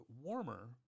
warmer